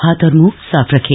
हाथ और मुंह साफ रखें